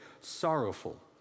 sorrowful